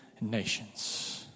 nations